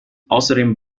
außerdem